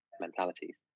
mentalities